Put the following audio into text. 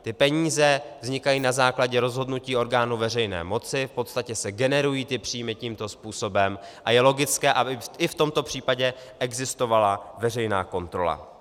Ty peníze vznikají na základě rozhodnutí orgánu veřejné moci, v podstatě se generují ty příjmy tímto způsobem a je logické, aby i v tomto případě existovala veřejná kontrola.